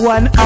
One